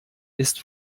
ist